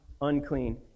unclean